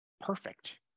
perfect